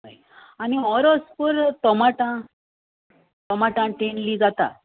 हय आनी ऑरोसपूर टोमाटां टोमाटां तेणली जाता